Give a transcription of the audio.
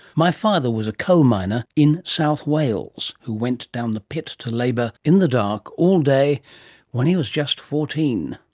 my father was a coalminer in south wales who went down the pit to labour in the dark all day when he was just fourteen.